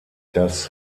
das